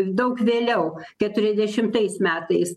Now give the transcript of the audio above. daug vėliau keturiasdešimais metais